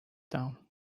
down